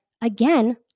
again